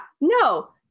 no